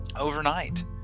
overnight